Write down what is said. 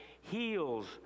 heals